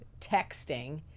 texting